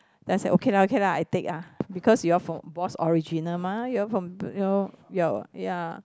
then I say okay lah okay lah I take ah because you all from bosch original mah you all from the you know ya what ya